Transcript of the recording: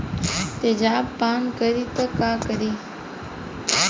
तेजाब पान करी त का करी?